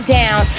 down